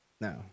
No